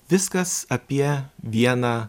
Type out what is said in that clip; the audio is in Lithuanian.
viskas apie vieną